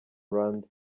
rwanda